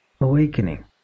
awakening